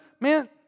Man